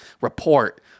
report